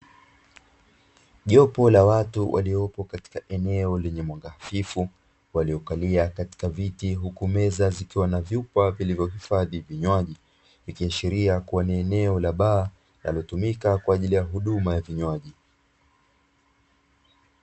Jopo la watu walio katika eneo lenye mwanga hafifu waliokalia katika viti, huku meza zikiwa na vyupa vilivyohifadhi vinywaji vikiashiria kuwa ni eneo la baa inavyotumika kwa ajili ya huduma ya vinywaji.